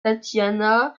tatiana